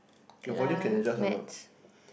okay lah math